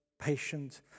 patient